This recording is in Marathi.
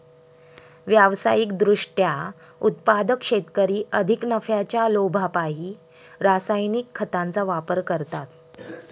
व्यावसायिक दृष्ट्या उत्पादक शेतकरी अधिक नफ्याच्या लोभापायी रासायनिक खतांचा वापर करतात